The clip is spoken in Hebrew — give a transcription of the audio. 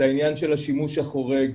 את העניין של השימוש החורג,